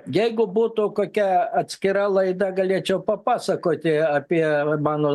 jeigu būtų kokia atskira laida galėčiau papasakoti apie mano